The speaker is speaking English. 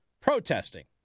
protesting